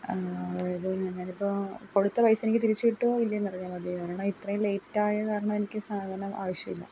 അതായത് ഞാൻ ഞാനിപ്പോൾ കൊടുത്ത പൈസ എനിക്ക് തിരിച്ചു കിട്ടുമോ ഇല്ലയോ എന്നറിഞ്ഞാൽ മതി കാരണം ഇത്രയും ലേയ്റ്റായ കാരണം എനിക്ക് സാധനം ആവശ്യമില്ല